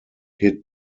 hit